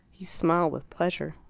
he smiled with pleasure.